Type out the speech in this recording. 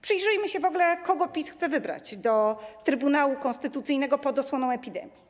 Przyjrzyjmy się w ogóle, kogo PiS chce wybrać do Trybunału Konstytucyjnego pod osłoną epidemii.